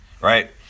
right